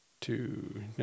two